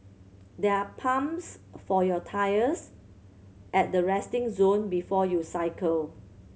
there are pumps for your tyres at the resting zone before you cycle